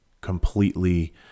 completely